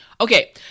Okay